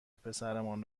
پسرمان